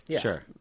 Sure